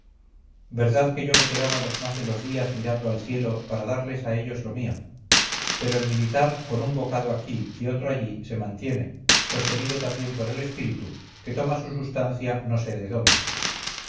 verdad que yo me quedaba los más de los días mirando al cielo para darles a ellos lo mío pero el militar con un bocado aquí y otro allí se mantiene sostenido también por el espíritu que toma su sustancia no sé de dónde